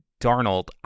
Darnold